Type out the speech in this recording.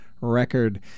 record